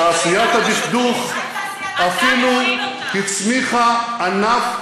תעשיית הדכדוך אפילו הצמיחה ענף חדש.